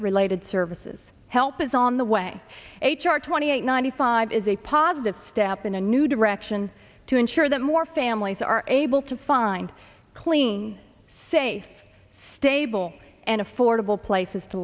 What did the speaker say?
related services help is on the way h r twenty eight ninety five is a positive step in a new direction to ensure that more families are able to find clean safe stable and affordable places to